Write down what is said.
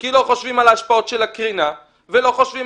כי לא חושבים על ההשפעות של הקרינה ולא חושבים